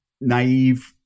naive